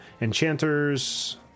enchanters